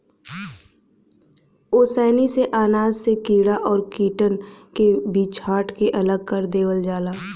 ओसैनी से अनाज से कीड़ा और कीटन के भी छांट के अलग कर देवल जाला